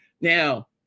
Now